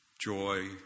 joy